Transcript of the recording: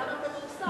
גם הכדורסל,